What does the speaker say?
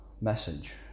message